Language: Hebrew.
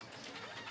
בא